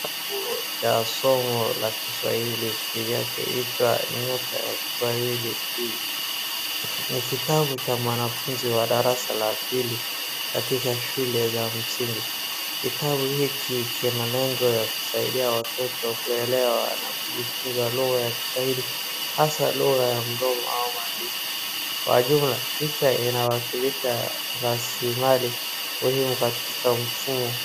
Kitabu cha somo la Kiswahili kinachoitwa Nyota Ya Kiswahili, ni kitabu cha mwanafunzi wa darasa la pili katika shule ya msingi, kitabu hiki kina lengo ya kusaidia watoto kuelewa na kujifunza lugha ya kiswahili hasa lugha ya mdomo au maandishi, kwa jumla picha inawakilisha raslimali muhimu katika mfumo.